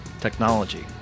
technology